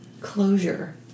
closure